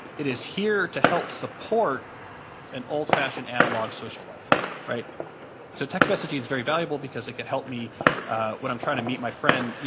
it is here to help support an old-fashioned, analog social life so text messaging is very valuable because it could help me when i'm trying to meet my friend,